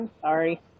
sorry